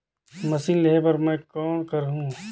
Machine लेहे बर मै कौन करहूं?